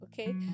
Okay